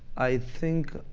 i think